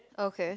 okay